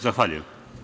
Zahvaljujem.